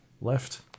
left